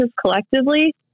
collectively